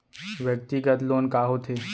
व्यक्तिगत लोन का होथे?